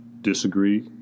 disagree